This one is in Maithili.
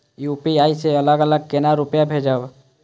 यू.पी.आई से अलग अलग केना रुपया भेजब